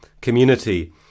community